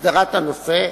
הסדרת הנושא,